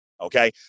okay